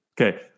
Okay